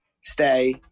stay